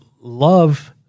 love